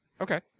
Okay